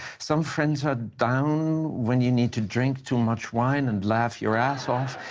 some friends are down when you need to drink too much wine and laugh your ass off,